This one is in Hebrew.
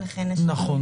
נכון.